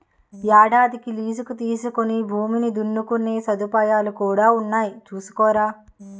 ఏడాదికి లీజుకి తీసుకుని భూమిని దున్నుకునే సదుపాయాలు కూడా ఉన్నాయి చూసుకోరా